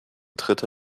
dritte